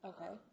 Okay